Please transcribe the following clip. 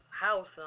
house